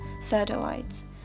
satellites